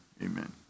amen